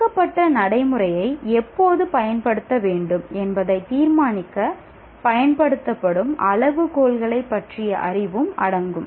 கொடுக்கப்பட்ட நடைமுறையை எப்போது பயன்படுத்த வேண்டும் என்பதை தீர்மானிக்க பயன்படுத்தப்படும் அளவுகோல்களைப் பற்றிய அறிவும் அடங்கும்